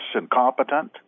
incompetent